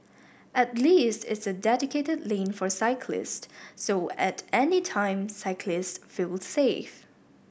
at least it's a dedicated lane for cyclists so at any time cyclists feel safe